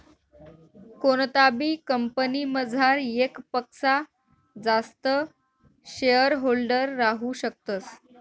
कोणताबी कंपनीमझार येकपक्सा जास्त शेअरहोल्डर राहू शकतस